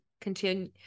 continue